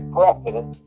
president